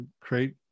create